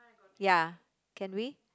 ya can we